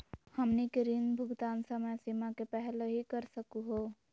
हमनी के ऋण भुगतान समय सीमा के पहलही कर सकू हो?